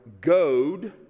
goad